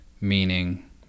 meaning